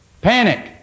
panic